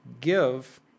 give